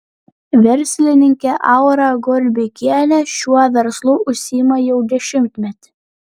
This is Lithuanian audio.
verslininkė aura gorbikienė šiuo verslu užsiima jau dešimtmetį